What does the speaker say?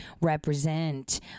represent